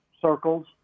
circles